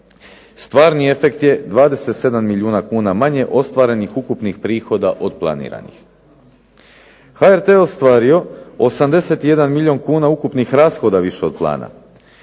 Stvarni efekt je 27 milijuna kuna manje ostvarenih ukupnih prihoda od planiranih. HRT je ostvario 81 milijun kuna ukupnih rashoda više od plana.